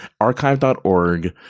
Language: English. archive.org